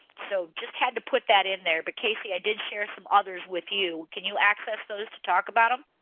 so just had to put that in there but casey i did share some others with you. can you access those to talk about them?